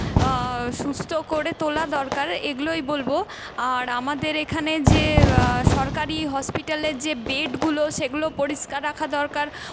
সুস্থ করে তোলা দরকার এগুলোই বলবো আর আমাদের এখানে যে সরকারি হসপিটালের যে বেডগুলো সেগুলো পরিষ্কার রাখা দরকার